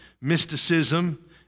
mysticism